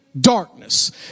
darkness